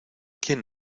quién